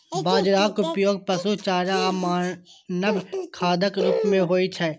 बाजराक उपयोग पशु चारा आ मानव खाद्यक रूप मे होइ छै